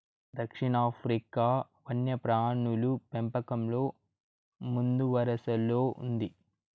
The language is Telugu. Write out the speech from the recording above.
దక్షిణాఫ్రికా వన్యప్రాణుల పెంపకంలో ముందువరసలో ఉంది